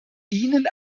ihnen